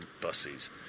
buses